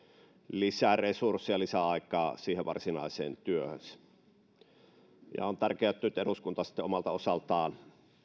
lisäresurssia lisäaikaa siihen varsinaiseen työhön ja on tärkeää että nyt eduskunta omalta osaltaan